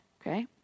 okay